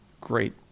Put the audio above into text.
Great